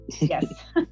Yes